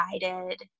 guided